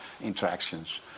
interactions